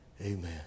Amen